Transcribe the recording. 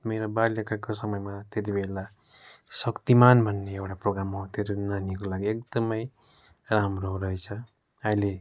मेरो बाल्यकालको समयमा त्यतिबेला शक्तिमान् भन्ने एउटा प्रोग्राम आउँथ्यो जुन नानीको लागि एकदमै राम्रो रहेछ अहिले